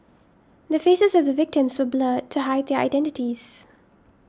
the faces of the victims were blurred to hide their identities